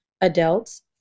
adults